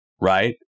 right